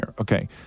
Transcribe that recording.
Okay